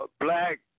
Black